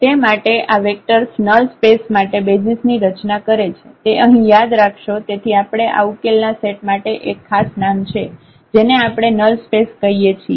તે માટે આ વેક્ટર્સ નલ સ્પેસ માટે બેસિઝ ની રચના કરે છે તે અહીં યાદ રાખશો તેથી આપણે આ ઉકેલના સેટ માટે એક ખાસ નામ છે જેને આપણે નલ સ્પેસ કહીએ છીએ